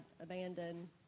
abandoned